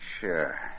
Sure